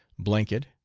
blanket,